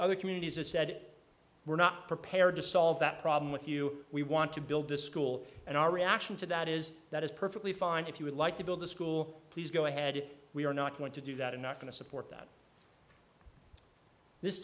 other communities are said we're not prepared to solve that problem with you we want to build a school and our reaction to that is that is perfectly fine if you would like to build the school please go ahead we are not going to do that i'm not going to support that this